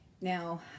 now